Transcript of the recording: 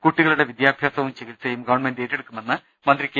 കുട്ടികളുടെ വിദ്യാഭ്യാസവും ചികിത്സയും ഗവൺമെന്റ് ഏറ്റെ ടുക്കുമെന്ന് മന്ത്രി കെ